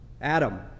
Adam